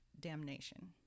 damnation